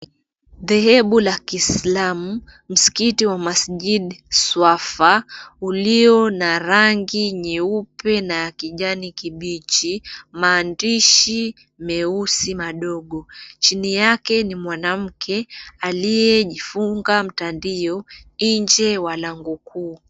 Dhehebu la kiislamu msikiti wa Masjid Swafah ulio na rangi nyeupe na kijani kibichi, maandishi meusi madogo. Chini yake ni mwanamke aliyejifunga mtandio njee ya lango kuu.